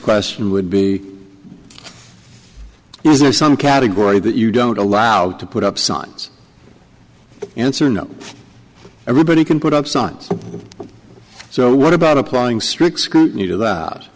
question would be is there some category that you don't allow to put up signs answer no everybody can put up signs so what about applying strict scrutiny to th